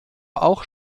auch